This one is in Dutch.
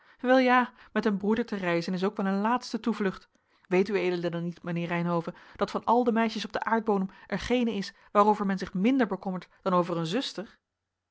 wel ja met een broeder te reizen is ook wel een laatste toevlucht weet ued dan niet mijnheer reynhove dat van al de meisjes op den aardbodem er geene is waarover men zich minder bekommert dan over eene zuster